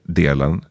delen